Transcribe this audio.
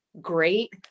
great